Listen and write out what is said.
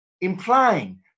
implying